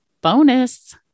bonus